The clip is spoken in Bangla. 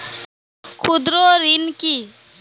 ক্ষুদ্র ঋণ কি?